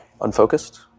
unfocused